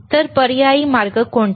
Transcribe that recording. तर पर्यायी मार्ग कोणता